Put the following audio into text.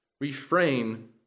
refrain